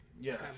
Yes